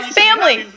family